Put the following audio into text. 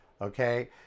Okay